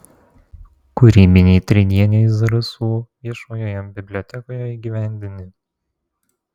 kūrybiniai tridieniai zarasų viešojoje bibliotekoje įgyvendini